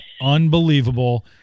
unbelievable